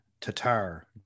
Tatar